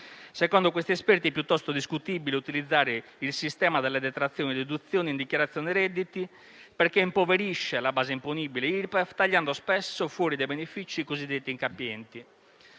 Secondo questi esperti, è piuttosto discutibile utilizzare il sistema delle detrazioni e deduzioni in dichiarazione redditi, perché impoverisce la base imponibile Irpef, tagliando spesso fuori dai benefici i cosiddetti incapienti.